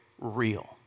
real